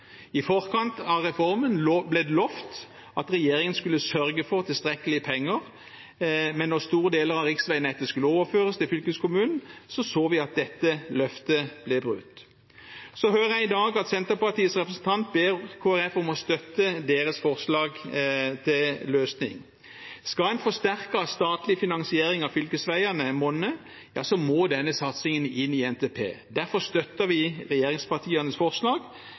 I forkant av reformen ble det lovet at regjeringen skulle sørge for tilstrekkelig med penger, men da store deler av riksveinettet skulle overføres til fylkeskommunen, så vi at dette løftet ble brutt. Så hører jeg i dag at Senterpartiets representant ber Kristelig Folkeparti om å støtte deres forslag til løsning. Skal en forsterket statlig finansiering av fylkesveiene monne, må denne satsingen inn i NTP. Derfor støtter vi regjeringspartienes forslag.